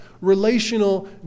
relational